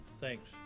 Thanks